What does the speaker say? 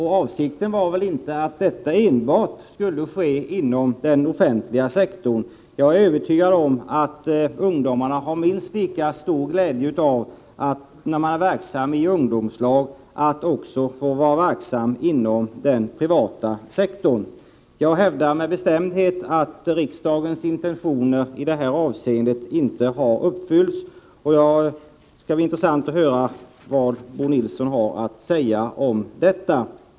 Avsikten var ju inte att detta enbart skulle ske inom den offentliga sektorn. Jag är övertygad om att ungdomarna i ungdomslagen har minst lika stor glädje av att vara verksamma inom den privata sektorn. Jag hävdar med bestämdhet att riksdagens intentioner i detta avseende inte har uppfyllts. Det skall bli intressant att höra vad Bo Nilsson har att säga om detta.